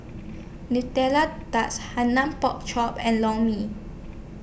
Nutella Tart Hainanese Pork Chop and Lor Mee